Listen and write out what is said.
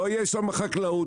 לא תהיה שם חקלאות,